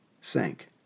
sank